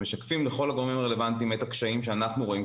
ומשקפים לכל הגורמים הרלוונטיים את הקשיים שאנחנו רואים,